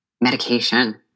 medication